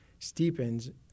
steepens